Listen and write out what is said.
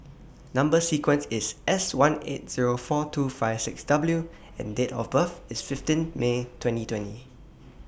Number sequence IS S one eight Zero four two five six W and Date of birth IS fifteen May twenty twenty